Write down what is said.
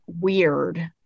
weird